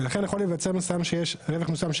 ולכן יכול להיווצר מצב מסוים שיש רווח מסוים,